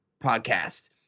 podcast